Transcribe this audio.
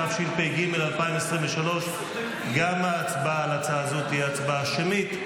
התשפ"ג 2023. גם ההצבעה על הצעה זו היא הצבעה שמית,